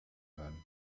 hören